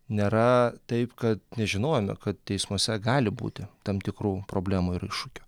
nėra taip kad nežinojome kad teismuose gali būti tam tikrų problemų ir iššūkių